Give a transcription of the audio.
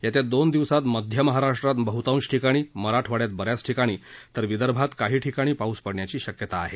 येत्या दोन दिवसात मध्य महाराष्ट्रात बहतांश ठिकाणी मराठवाड्यात ब याच ठिकाणी तर विदर्भात काही ठिकाणी पाऊस पडण्याची शक्यता आहे